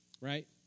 right